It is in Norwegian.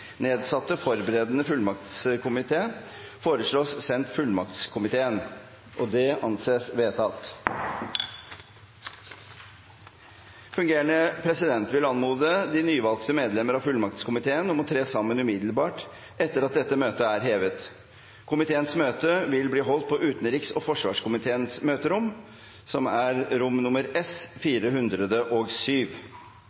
medlemmer av fullmaktskomiteen om å tre sammen umiddelbart etter at dette møtet er hevet. Komiteens møte vil bli holdt på utenriks- og forsvarskomiteens møterom, rom S-407. Ønsker noen ordet i henhold til forretningsordenens § 54 før møtet heves? – Møtet er